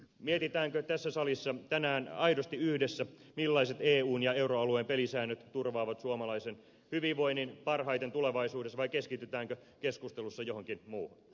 mietitäänkö tässä salissa tänään aidosti yhdessä millaiset eun ja euroalueen pelisäännöt turvaavat suomalaisen hyvinvoinnin parhaiten tulevaisuudessa vai keskitytäänkö keskustelussa johonkin muuhun